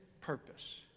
purpose